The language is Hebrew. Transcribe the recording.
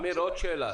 עוד שאלה,